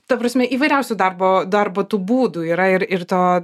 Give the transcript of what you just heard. ta prasme įvairiausių darbo darbo tų būdų yra ir ir to